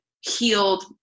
healed